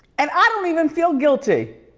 and i don't even feel guilty.